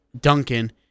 Duncan